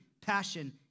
passion